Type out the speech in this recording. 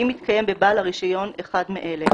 אם מתקיים בבעל הרישיון אחד מאלה: